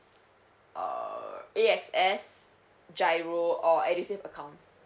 err A_X_S GIRO or edusave account